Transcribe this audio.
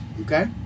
Okay